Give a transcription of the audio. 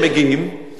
אוה, אז אני אספר לך.